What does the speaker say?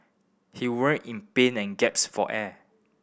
he writhed in pain and gasped for air